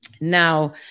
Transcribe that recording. Now